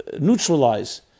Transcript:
neutralize